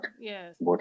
Yes